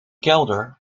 kelder